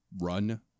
run